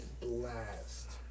blast